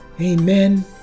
amen